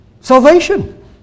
Salvation